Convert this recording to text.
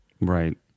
Right